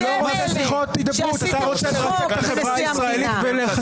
אתם אלה שעשיתם צחוק מנשיא המדינה.